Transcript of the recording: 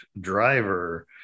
Driver